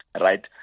Right